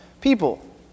people